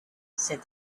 said